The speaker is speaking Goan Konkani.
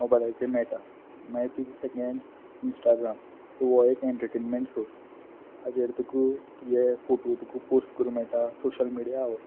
मोबायलाचे मेयटा मागीर तुजें सेकँड इंस्टाग्राम सो हो एक एनटंटेनमेंट सोर्स हाजेर तुका तुगे फोटो तुका पोस्ट करूं मेयटा सोशल मिडिया हो